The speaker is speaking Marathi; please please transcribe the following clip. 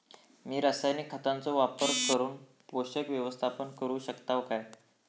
मी रासायनिक खतांचो वापर करून पोषक व्यवस्थापन करू शकताव काय?